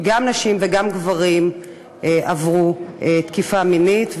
גם נשים וגם גברים עברו תקיפה מינית,